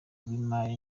w’imari